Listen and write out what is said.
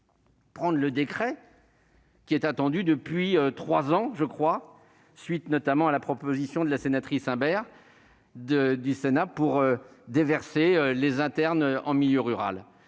Prendre le décret qui est attendu depuis 3 ans je crois, suite notamment à la proposition de la sénatrice Imbert de du Sénat pour déverser les internes en milieu rural,